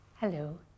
Hello